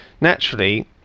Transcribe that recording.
Naturally